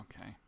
okay